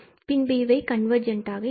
பின்பு இவை கன்வர்ஜெண்ட் ஆக இருக்கும்